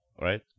right